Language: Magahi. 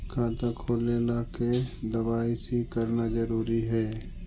खाता खोले ला के दवाई सी करना जरूरी है?